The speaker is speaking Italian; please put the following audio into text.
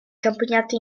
campionato